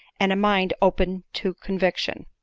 and a mind open to conviction.